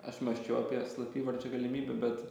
aš mąsčiau apie slapyvardžio galimybę bet